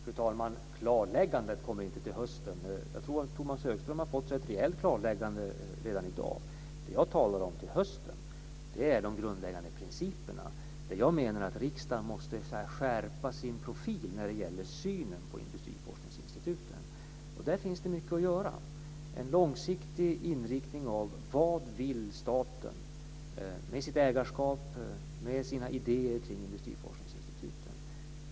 Fru talman! Något klarläggande kommer inte till hösten. Jag tror att Tomas Högström redan i dag har fått ett rejält klarläggande. Vad jag talar om beträffande hösten gäller de grundläggande principerna. Jag menar att riksdagen måste skärpa sin profil när det gäller synen på industriforskningsinstituten. Där finns det mycket att göra. Det handlar om en långsiktig inriktning av vad staten vill med sitt ägarskap och med sina idéer kring industriforskningsinstituten.